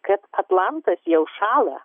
kad atlantas jau šąla